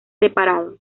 separado